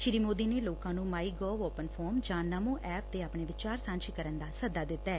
ਸ੍ਰੀ ਸੋਦੀ ਨੇ ਲੂੂਕਾ ਨੂੰ ਮਾਈ ਗੋਅ ਓਪਨ ਫਾਰਮ ਜਾਂ ਨਸੋਐਪ ਤੇ ਆਪਣੇ ਵਿਚਾਰ ਸਾਂਝੇ ਕਰਨ ਦਾ ਸੱਦਾ ਦਿੱਤੈ